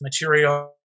material